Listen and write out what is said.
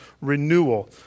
renewal